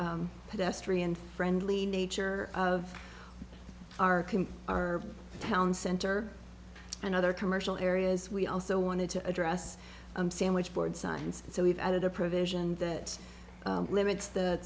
pedestrian friendly nature of our our town center and other commercial areas we also wanted to address sandwich board signs so we've added a provision that limits the